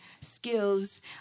skills